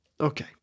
Okay